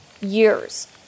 years